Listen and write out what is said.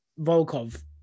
Volkov